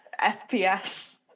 FPS